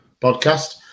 podcast